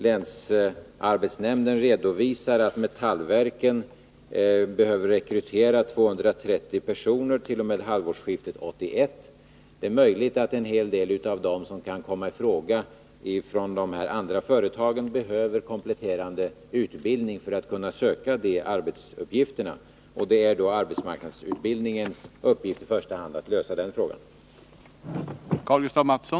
Länsarbetsnämnden redovisar att Metallverken behöver rekrytera 230 personer t.o.m. halvårsskiftet 1981. Det är möjligt att en hel del av dem som kan komma i fråga från de andra företagen behöver kompletterande utbildning för de här arbetsuppgifterna, och det är då i första hand arbetsmarknadsutbildningens uppgift att lösa den frågan.